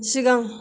सिगां